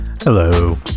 Hello